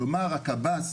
כלומר הקב"ס